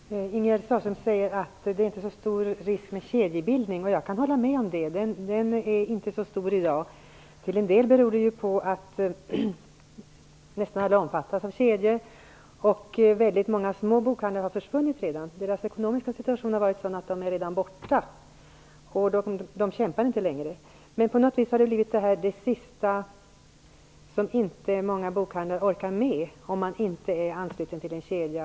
Herr talman! Ingegerd Sahlström säger att det inte är så stor risk med kedjebildning, och jag kan hålla med om att den i dag inte är så stor. Till en del beror det på att nästan alla omfattas av kedjor och att väldigt många små bokhandlare redan har försvunnit. Deras ekonomiska situation har varit sådan att de redan är borta. De kämpar inte längre. Många bokhandlare orkar inte fortsätta om de inte får stöd genom att vara anslutna till en kedja.